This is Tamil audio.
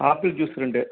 ஆப்பிள் ஜூஸ் ரெண்டு